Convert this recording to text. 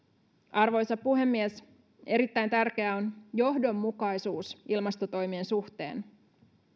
arvoisa puhemies erittäin tärkeää on johdonmukaisuus ilmastotoimien suhteen